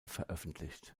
veröffentlicht